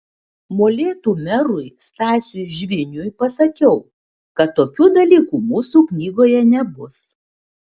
molėtų merui stasiui žviniui pasakiau kad tokių dalykų mūsų knygoje nebus